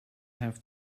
have